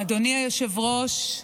אדוני היושב-ראש,